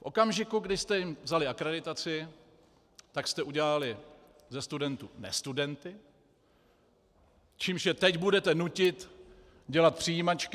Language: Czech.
V okamžiku, kdy jste jim vzali akreditaci, tak jste udělali ze studentů nestudenty, čímž je teď budete nutit dělat přijímačky.